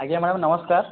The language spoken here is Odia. ଆଜ୍ଞା ମ୍ୟାଡ଼ାମ୍ ନମସ୍କାର